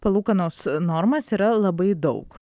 palūkanos normas yra labai daug